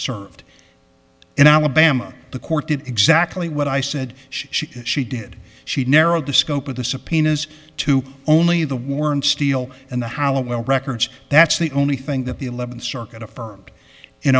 served in alabama the court did exactly what i said she she did she narrowed the scope of the subpoenas to only the word steal and the how well records that's the only thing that the eleventh circuit affirmed in